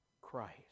Christ